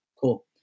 cool